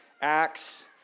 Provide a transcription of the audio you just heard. Acts